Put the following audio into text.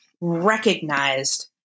recognized